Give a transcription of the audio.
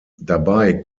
dabei